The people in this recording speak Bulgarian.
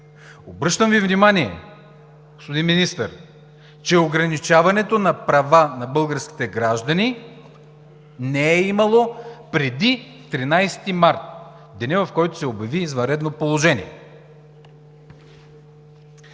Обръщам Ви внимание, господин Министър, че ограничаването на права на българските граждани не е имало преди 13 март – денят, в който се обяви извънредно положение.